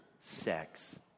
sex